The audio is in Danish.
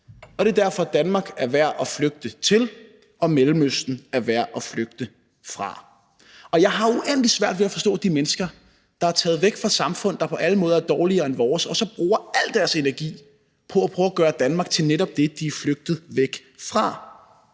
og det er derfor, at Danmark er værd at flygte til og Mellemøsten er værd at flygte fra. Jeg har uendelig svært ved at forstå de mennesker, der er taget væk fra samfund, der på alle måder er dårligere end vores, og så bruger al deres energi på at prøve at gøre Danmark til netop det, de er flygtet væk fra.